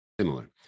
similar